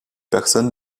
personne